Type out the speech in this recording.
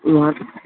وہ